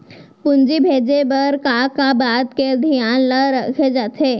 पूंजी भेजे बर का का बात के धियान ल रखे जाथे?